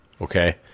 okay